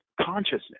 consciousness